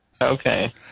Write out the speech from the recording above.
Okay